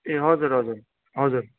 ए हजुर हजुर हजुर